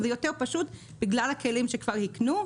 זה יותר פשוט בגלל הכלים שכבר היקנו.